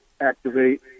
activate